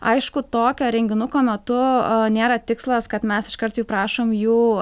aišku tokio renginuko metu nėra tikslas kad mes iškart jau prašom jų